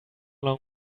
long